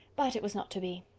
but it was not to be.